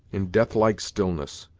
in death-like stillness,